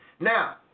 Now